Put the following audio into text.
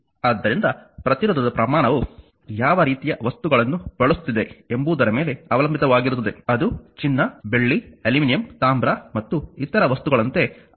ಆದ್ದರಿಂದ ಪ್ರತಿರೋಧದ ಪ್ರಮಾಣವು ಯಾವ ರೀತಿಯ ವಸ್ತುಗಳನ್ನು ಬಳಸುತ್ತಿದೆ ಎಂಬುದರ ಮೇಲೆ ಅವಲಂಬಿತವಾಗಿರುತ್ತದೆ ಅದು ಚಿನ್ನ ಬೆಳ್ಳಿ ಅಲ್ಯೂಮಿನಿಯಂ ತಾಮ್ರ ಮತ್ತು ಇತರ ವಸ್ತುಗಳಂತೆ ಅವಲಂಬಿತವಾಗಿರುತ್ತದೆ